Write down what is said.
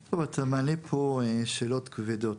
טוב, אתה מעלה פה שאלות כבדות.